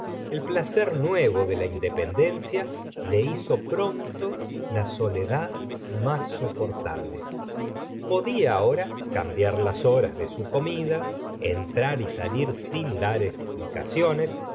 el placer nuevo de la independencia le hizo pronto la soledad más soportable podía ahora cambiar las horas de su comida entrar y salir sin dar explicaciones